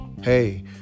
hey